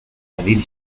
salir